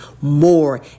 more